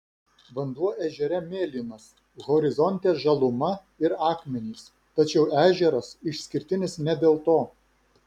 vanduo ežere mėlynas horizonte žaluma ir akmenys tačiau ežeras išskirtinis ne dėl to